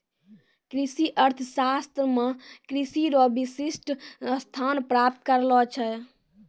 कृषि अर्थशास्त्र मे कृषि रो विशिष्ट स्थान प्राप्त करलो छै